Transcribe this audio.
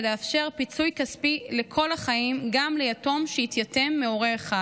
ולאפשר פיצוי כספי לכל החיים גם ליתום שהתייתם מהורה אחד.